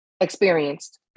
experienced